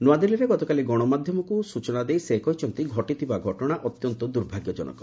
ନ୍ନଆଦିଲ୍ଲୀଠାରେ ଗତକାଲି ଗଣମାଧ୍ୟମକୁ ସୂଚନା ଦେଇ ସେ କହିଛନ୍ତି ଘଟିଥିବା ଘଟଣା ଅତ୍ୟନ୍ତ ଦୁର୍ଭାଗ୍ୟଜନକ